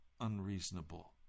unreasonable